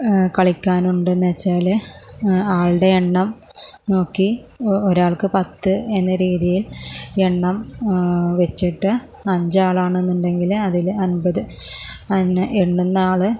എത്രപേര് കളിക്കാനുണ്ട് എന്നു വച്ചാല് ആളുടെ എണ്ണം നോക്കി ഒരാൾക്ക് പത്ത് എന്ന രീതിയിൽ എണ്ണം വച്ചിട്ട് അഞ്ച് ആളാണെന്നു ഉണ്ടെങ്കില് അതില് അമ്പത് അന്നേ എണ്ണുന്ന ആള്